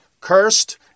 Cursed